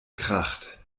kracht